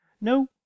No